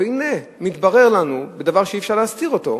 והנה מתברר לנו דבר שאי-אפשר להסתיר אותו,